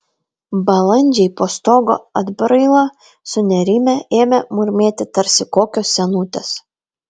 balandžiai po stogo atbraila sunerimę ėmė murmėti tarsi kokios senutės